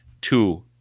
two